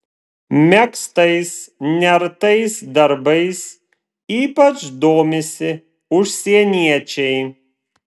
megztais nertais darbais ypač domisi užsieniečiai